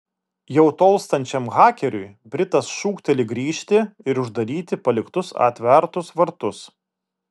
jau tolstančiam hakeriui britas šūkteli grįžti ir uždaryti paliktus atvertus vartus